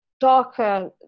darker